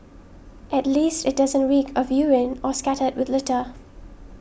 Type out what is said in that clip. at least it doesn't reek of urine or scattered with litter